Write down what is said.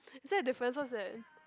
is that a differences that